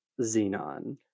Xenon